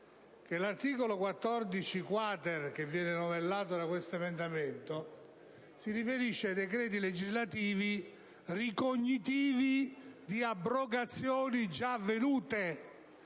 l'articolo 14-*quater* che viene novellato da questo emendamento si riferisce ai decreti legislativi ricognitivi di abrogazioni già avvenute